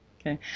okay